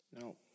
No